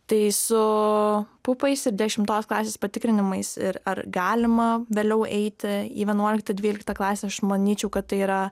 tai su pupais ir dešimtos klasės patikrinimais ir ar galima vėliau eiti į vienuoliktą dvyliktą klasę aš manyčiau kad tai yra